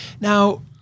Now